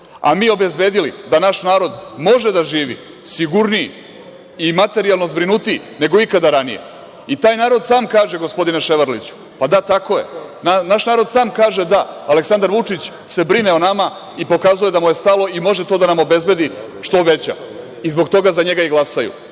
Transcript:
a mi obezbedili da naš narod može da živi sigurnije i materijalno zbrinutiji nego ikada ranije. Taj narod sam kaže gospodine Ševarliću – pa, da tako je. Naš narod sam kaže – Aleksandar Vučić se brine o nama i pokazuje da nam je stalo i može to da nam obezbedi što obeća i zbog toga i za njega glasaju. Sada,